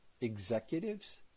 executives